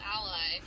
ally